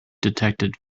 detected